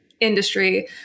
industry